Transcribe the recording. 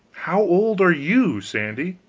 how old are you, sandy?